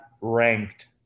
ranked